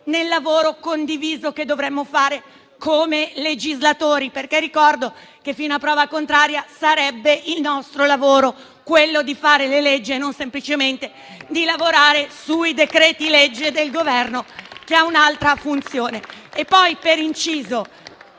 nel lavoro condiviso che dovremmo fare come legislatori. Ricordo che fino a prova contraria è il nostro lavoro approvare le leggi e non semplicemente lavorare sui decreti-legge del Governo, che ha un'altra funzione. Per inciso,